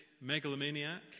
megalomaniac